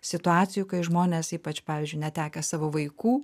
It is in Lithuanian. situacijų kai žmonės ypač pavyzdžiui netekę savo vaikų